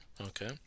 Okay